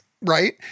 Right